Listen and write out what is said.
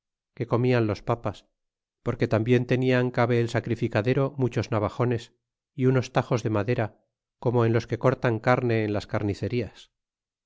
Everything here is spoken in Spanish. que comían los papas porque tambien tenian cabe el sacrificadero muchos navajones y unos tajos de madera como en los que cortan carne en las carnicerías